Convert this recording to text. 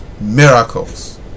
miracles